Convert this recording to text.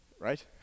Right